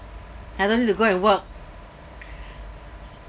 I don't have to go and work